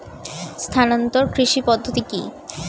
স্থানান্তর কৃষি পদ্ধতি কি?